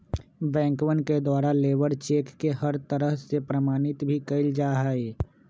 बैंकवन के द्वारा लेबर चेक के हर तरह से प्रमाणित भी कइल जा हई